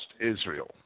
Israel